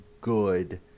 good